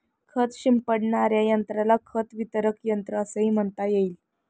खत शिंपडणाऱ्या यंत्राला खत वितरक यंत्र असेही म्हणता येईल